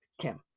Kim